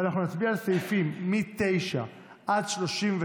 ואנחנו נצביע על סעיפים מ-9 עד 33,